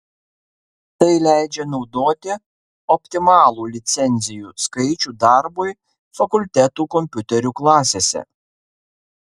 tai leidžia naudoti optimalų licencijų skaičių darbui fakultetų kompiuterių klasėse